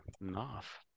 enough